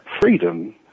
freedom